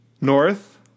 North